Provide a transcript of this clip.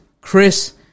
Chris